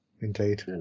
indeed